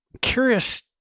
curious